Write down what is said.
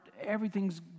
Everything's